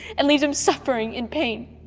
and leaves them suffering in pain?